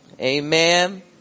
Amen